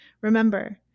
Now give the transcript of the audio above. Remember